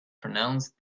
pronounced